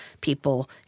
people